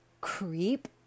creep